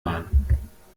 bahn